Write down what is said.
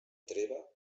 treva